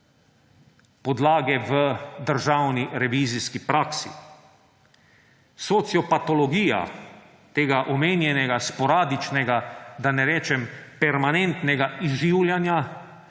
podlage v državni revizijski praksi. Sociopatologija tega omenjenega sporadičnega, da ne rečem permanentnega, izživljanja